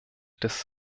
des